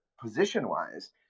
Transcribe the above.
position-wise